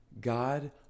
God